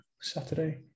Saturday